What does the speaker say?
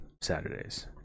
saturdays